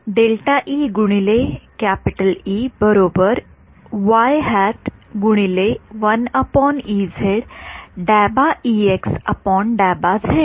विद्यार्थीः विद्यार्थीः डेल भागिले ईएक्स चे डेल झेड